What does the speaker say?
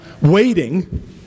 waiting